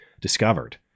discovered